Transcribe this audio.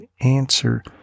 answer